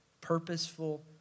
Purposeful